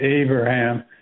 Abraham